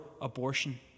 abortion